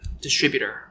distributor